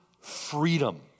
freedom